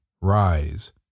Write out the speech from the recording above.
rise